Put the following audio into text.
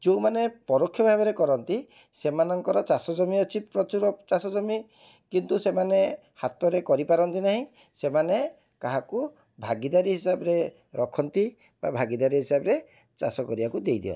ଯେଉଁମାନେ ପରୋକ୍ଷ ଭାବରେ କରନ୍ତି ସେମାନଙ୍କର ଚାଷଜମି ଅଛି ପ୍ରଚୁର ଚାଷଜମି କିନ୍ତୁ ସେମାନେ ହାତରେ କରିପାରନ୍ତି ନାହିଁ ସେମାନେ କାହାକୁ ଭାଗୀଦାରୀ ହିସାବରେ ରଖନ୍ତି ବା ଭାଗୀଦାରୀ ହିସାବରେ ଚାଷ କରିବାକୁ ଦେଇଦିଅନ୍ତି